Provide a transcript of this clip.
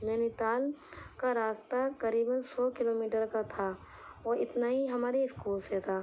نینی تال کا راستہ قریباً سو کلو میٹر کا تھا اور اتنا ہی ہمارے اسکول سے تھا